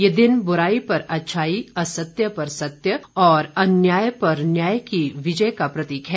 यह दिन बुराई पर अच्छाई असत्य पर सत्य और अन्याय पर न्याय की विजय का प्रतीक है